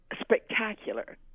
spectacular